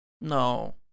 no